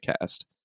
cast